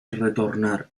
retornar